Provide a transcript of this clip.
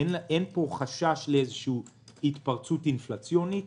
אין חשש להתפרצות אינפלציונית.